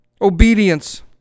Obedience